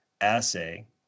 assay